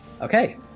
Okay